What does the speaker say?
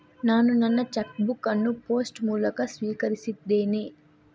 ನಾನು ನನ್ನ cheque book ಅನ್ನು ಪೋಸ್ಟ್ ಮೂಲಕ ಸ್ವೀಕರಿಸಿದ್ದೇನೆ